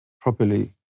properly